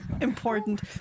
Important